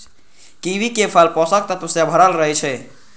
कीवीक फल पोषक तत्व सं भरल रहै छै